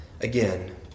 again